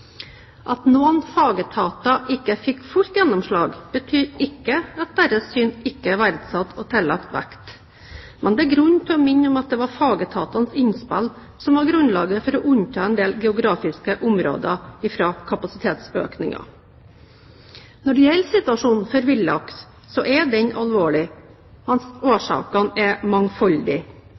At noen fagetater ikke fikk fullt gjennomslag, betyr ikke at deres syn ikke er verdsatt og tillagt vekt. Men det er grunn til å minne om at det var fagetatenes innspill som var grunnlaget for å unnta en del geografiske områder fra kapasitetsøkningen. Når det gjelder situasjonen for villaks, er den alvorlig, og årsakene er